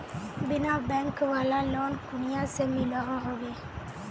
बिना बैंक वाला लोन कुनियाँ से मिलोहो होबे?